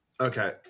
Okay